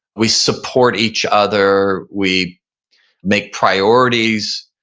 we support each other, we make priorities,